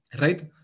Right